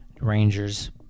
Rangers